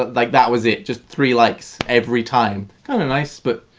like, that was it, just three likes, every time. kinda nice. but,